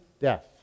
death